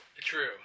True